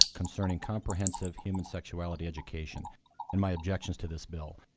concerning comprehensive human sexuality education and my objections to this bill.